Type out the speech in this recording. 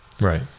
Right